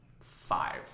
five